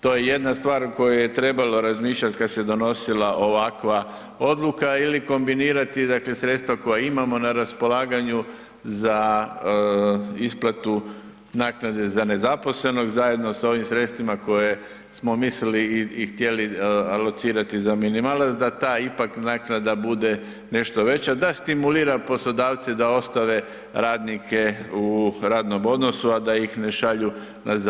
To je jedna stvar koju je trebalo razmišljati kada se donosila ovakva odluka ili kombinirati dakle sredstva koja imamo na raspolaganju za isplatu naknade za nezaposlenog zajedno s ovim sredstvima koje smo mislili i htjeli alocirati za minimalac da ta ipak naknada bude nešto veća, da stimulira poslodavce da ostave radnike u radnom odnosu, a da ih ne šalju na HZZ.